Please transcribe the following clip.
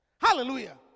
Hallelujah